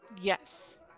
Yes